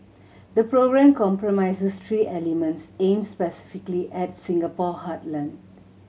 the programme comprises three elements aimed specifically at Singapore's heartlands